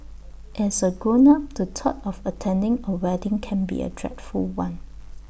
as A grown up the thought of attending A wedding can be A dreadful one